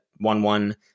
one-one